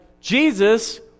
Jesus